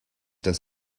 dass